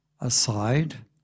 aside